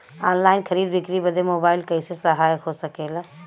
Online खरीद बिक्री बदे मोबाइल कइसे सहायक हो सकेला?